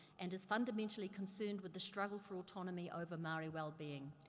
and is fundamentally concerned with the struggle for autonomy over maori wellbeing.